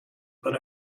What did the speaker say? but